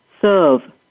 serve